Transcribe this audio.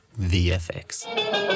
VFX